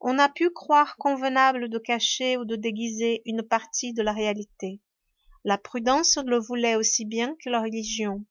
on a pu croire convenable de cacher ou de déguiser une partie de la réalité la prudence le voulait aussi bien que la religion